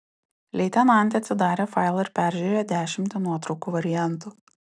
leitenantė atsidarė failą ir peržiūrėjo dešimtį nuotraukų variantų